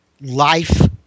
life